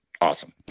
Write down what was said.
Awesome